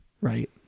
Right